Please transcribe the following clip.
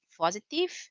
positive